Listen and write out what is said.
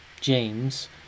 James